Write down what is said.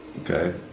Okay